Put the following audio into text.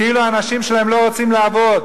כאילו האנשים שלהם לא רוצים לעבוד,